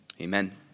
Amen